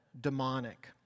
demonic